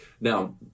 Now